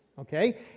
Okay